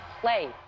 play